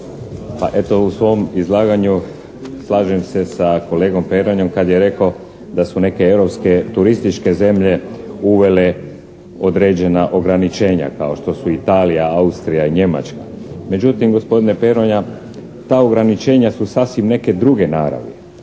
razumije./ … izlaganju, slažem se sa kolegom Peronjom kada je rekao da su neke europske turističke zemlje uvele određena ograničenja kao što su Italija, Austrija i Njemačka. Međutim gospodine Peronja ta ograničenja su sasvim neke druge naravi,